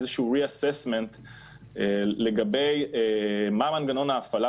איזשהו Reassessment לגבי מה מנגנון ההפעלה